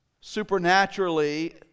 supernaturally